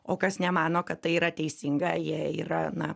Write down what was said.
o kas nemano kad tai yra teisinga jie yra na